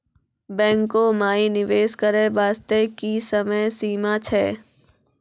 बैंको माई निवेश करे बास्ते की समय सीमा छै?